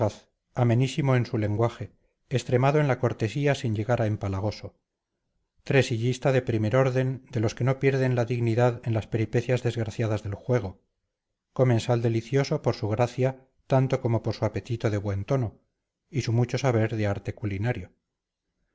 sagaz amenísimo en su lenguaje extremado en la cortesía sin llegar a empalagoso tresillista de primer orden de los que no pierden la dignidad en las peripecias desgraciadas del juego comensal delicioso por su gracia tanto como por su apetito de buen tono y su mucho saber de arte culinario